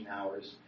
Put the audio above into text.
hours